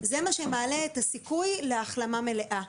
זה מה שמעלה את הסיכוי להחלמה מלאה.